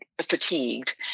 fatigued